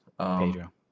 Pedro